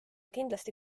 kindlasti